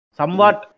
somewhat